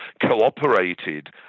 cooperated